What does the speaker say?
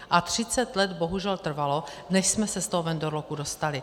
A třicet let bohužel trvalo, než jsme se z toho vendor locku dostali.